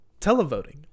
televoting